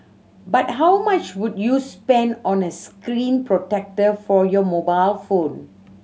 but how much would you spend on a screen protector for your mobile phone